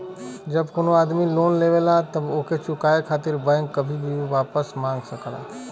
जब कउनो आदमी लोन लेवला तब ओके चुकाये खातिर बैंक कभी भी वापस मांग सकला